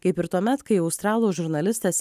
kaip ir tuomet kai australų žurnalistas